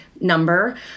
number